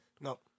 No